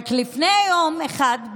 לפני יום אחד,